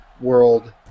World